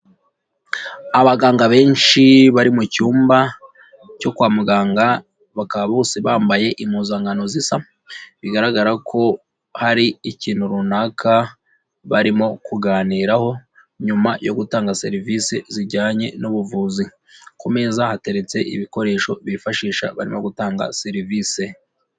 Abaganga benshi bari mu cyumba cyo kwa muganga bakaba bose bambaye impuzankano zisa bigaragara ko hari ikintu runaka barimo kuganiraho nyuma yo gutanga serivisi zijyanye n'ubuvuzi, ku meza hateretse ibikoresho bifashisha barimo gutanga serivisi.